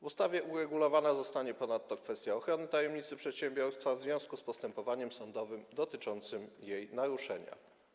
W ustawie uregulowana zostanie ponadto kwestia ochrony tajemnicy przedsiębiorstwa w związku z postępowaniem sądowym dotyczącym jej naruszenia.